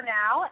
now